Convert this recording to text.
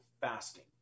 fasting